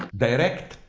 direct